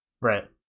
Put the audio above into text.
Right